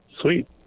Sweet